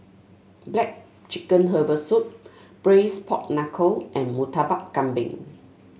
black chicken Herbal Soup Braised Pork Knuckle and Murtabak Kambing